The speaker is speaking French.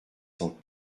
cent